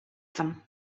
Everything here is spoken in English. them